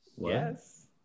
Yes